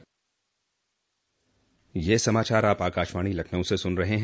यह समाचार आप आकाशवाणी लखनऊ से सुन रहे हैं